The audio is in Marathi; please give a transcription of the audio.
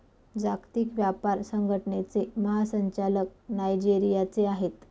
जागतिक व्यापार संघटनेचे महासंचालक नायजेरियाचे आहेत